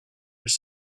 your